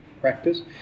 practice